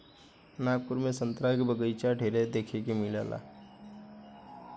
नागपुर में संतरा के बगाइचा ढेरे देखे के मिलेला